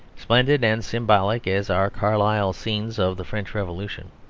splendid and symbolic as are carlyle's scenes of the french revolution,